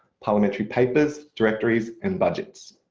parliamentary papers, directories and budgets.